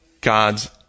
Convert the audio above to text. God's